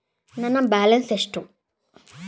ನನ್ನ ಬ್ಯಾಲೆನ್ಸ್ ಎಷ್ಟು?